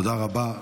תודה רבה.